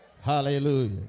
Hallelujah